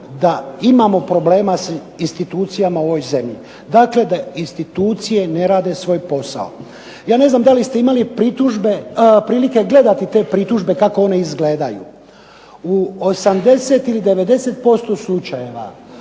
da imamo problema sa institucijama u ovoj zemlji zapravo da institucije ne rade svoj posao. Ja ne znam da li ste imali prilike gledati te pritužbe kako one izgledaju, u 80 ili 90% slučajeva